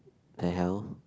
the hell